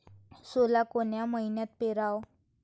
सोला कोन्या मइन्यात पेराव?